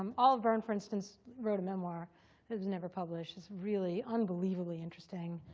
um olive byrne, for instance, wrote a memoir that was never published. it's really unbelievably interesting.